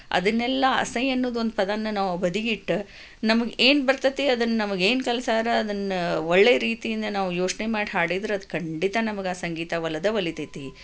ಅದನ್ನೆಲ್ಲ ಅಸಹ್ಯ ಅನ್ನೋದೊಂದು ಪದಾನ್ನ ನಾವು ಬದೀಗಿಟ್ಟು ನಮಗೆ ಏನು ಬರತೈತಿ ಅದನ್ನು ನಮಗೆ ಏನು ಕಲ್ಸಾರ ಅದನ್ನು ಒಳ್ಳೆಯ ರೀತಿಯಿಂದ ನಾವು ಯೋಚನೆ ಮಾಡಿ ಹಾಡಿದರೆ ಅದು ಖಂಡಿತ ನಮಗೆ ಆ ಸಂಗೀತ ಒಲಿದೇ ಒಲಿತೈತಿ